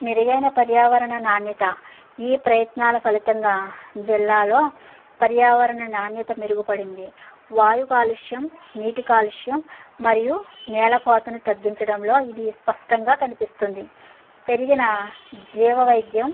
మెరుగైన పర్యావరణ నాణ్యత ఈ ప్రయత్నాల ఫలితంగా జిల్లాలో పర్యావరణ నాణ్యత మెరుగుపడింది వాయు కాలుష్యం నీటి కాలుష్యం మరియు నేల కోతను తగ్గించడంలో ఇది స్పష్టంగా కనిపిస్తుంది పెరిగిన జీవ వైద్యం